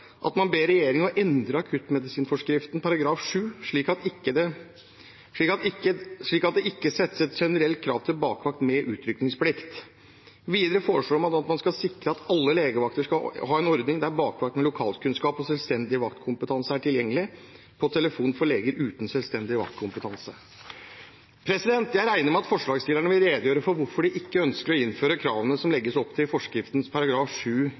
at man ber regjeringen endre akuttmedisinforskriften § 7 slik at det ikke settes et generelt krav til bakvakt med utrykningsplikt. Videre foreslår man at man skal sikre at alle legevakter skal ha en ordning der bakvakt med lokalkunnskap og selvstendig vaktkompetanse er tilgjengelig på telefon for leger uten selvstendig vaktkompetanse. Jeg regner med at forslagsstillerne vil redegjøre for hvorfor de ikke ønsker å innføre kravene det legges opp til